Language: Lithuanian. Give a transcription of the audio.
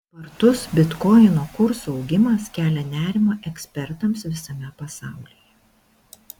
spartus bitkoino kurso augimas kelia nerimą ekspertams visame pasaulyje